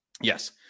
Yes